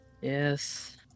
Yes